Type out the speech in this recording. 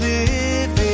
Living